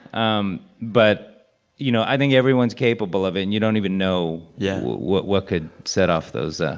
um but you know, i think everyone's capable of it. and you don't even know. yeah. what what could set off those. ah